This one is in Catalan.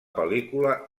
pel·lícula